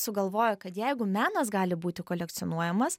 sugalvojo kad jeigu menas gali būti kolekcionuojamas